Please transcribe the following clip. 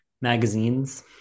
magazines